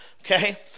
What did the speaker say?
Okay